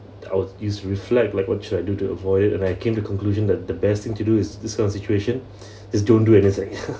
I was is reflect like what should I do to avoid it and I came to the conclusion that the best thing to do is this kind of situation is don't do anything